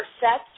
sets